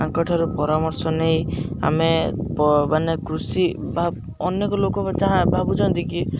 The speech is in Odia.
ତାଙ୍କଠାରୁ ପରାମର୍ଶ ନେଇ ଆମେ ମାନେ କୃଷି ଅନେକ ଲୋକ ଯାହା ଭାବୁଛନ୍ତି କି